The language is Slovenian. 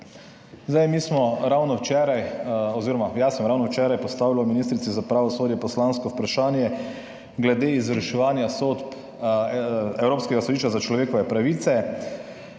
Mi smo ravno včeraj oziroma jaz sem ravno včeraj postavljal ministrici za pravosodje poslansko vprašanje glede izvrševanja sodb Evropskega sodišča za človekove pravice.